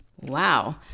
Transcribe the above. Wow